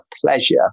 pleasure